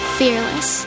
fearless